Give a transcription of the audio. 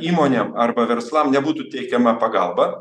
įmonėm arba verslam nebūtų teikiama pagalba